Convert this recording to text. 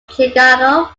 chicago